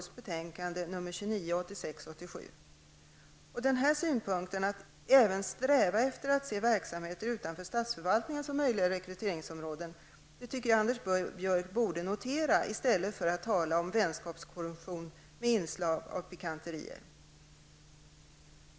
Synpunkten att även sträva efter att se verksamheter utanför statsförvaltningen som möjliga rekryteringsområden tycker jag att Anders Björck borde notera, i stället för att tala om vänskapskorruption med inslag av pikanterier.